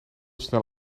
snel